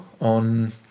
on